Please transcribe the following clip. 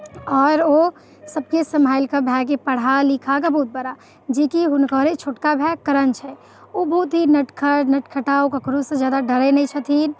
आओर ओ सभके सम्हारि कऽ भायके पढ़ा लिखा कऽ बहुत बड़ा जेकि हुनकरे छोटका भाए करण छै ओ बहुत ही नटखट नटखटा ओ ककरोसँ ज्यादा डरैत नहि छथिन